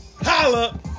Holla